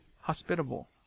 hospitable